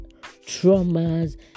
traumas